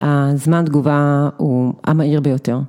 הזמן תגובה הוא המהיר ביותר.